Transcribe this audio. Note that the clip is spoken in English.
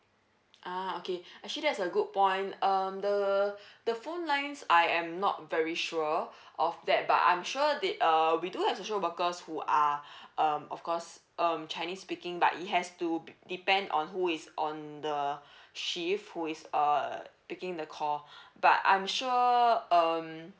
uh okay actually that's a good point um the the phone lines I am not very sure of that but I'm sure that uh we do have social workers who are um of course um chinese speaking but it has to be depend on who is on the shift who is err picking the call but I'm sure um